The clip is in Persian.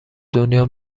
دنیا